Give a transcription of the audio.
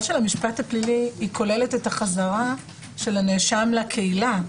של המשפט הפלילי כוללת את החזרה של הנאשם לקהילה,